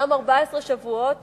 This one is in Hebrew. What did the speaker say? אותם 14 שבועות,